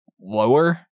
lower